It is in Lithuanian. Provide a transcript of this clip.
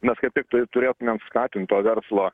mes kaip tiktai tai turėtumėm skatint to verslo